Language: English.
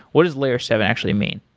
what is layer seven actually mean?